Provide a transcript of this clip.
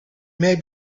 may